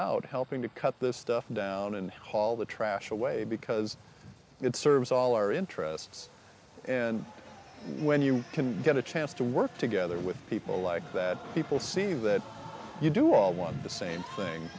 out helping to cut this stuff down and haul the trash away because it serves all our interests and when you can get a chance to work together with people like that people see that you do all want the same thing